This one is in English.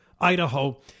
Idaho